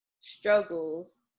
struggles